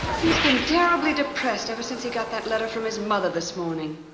he's been terribly depressed ever since he got that letter from his mother this morning.